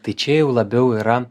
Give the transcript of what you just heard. tai čia jau labiau yra